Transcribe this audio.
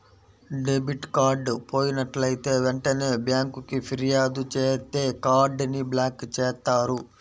debit card పోయినట్లైతే వెంటనే బ్యేంకుకి ఫిర్యాదు చేత్తే కార్డ్ ని బ్లాక్ చేత్తారు